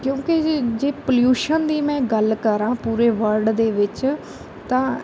ਕਿਉਂਕਿ ਜ ਜੇ ਪੋਲਿਊਸ਼ਨ ਦੀ ਮੈਂ ਗੱਲ ਕਰਾਂ ਪੂਰੇ ਵਰਲਡ ਦੇ ਵਿੱਚ ਤਾਂ